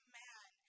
man